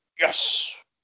yes